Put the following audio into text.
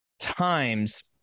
times